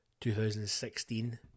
2016